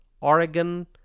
Oregon